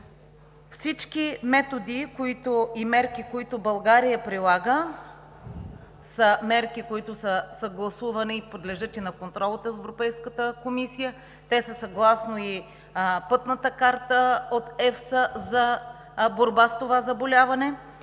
Всички методи и мерки, които България прилага, са мерки, които са съгласувани и подлежат на контрол от Европейската комисия съгласно Пътната карта на EFSA за борба с това заболяване,